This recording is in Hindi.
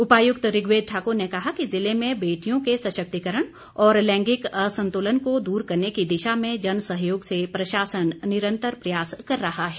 उपायुक्त ऋग्वेद ठाकुर ने कहा कि ज़िले में बेटियों के सशक्तिकरण और लैंगिंक असंतुलन को दूर करने की दिशा में जनसहयोग से प्रशासन निरंतर प्रयास कर रहा है